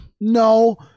no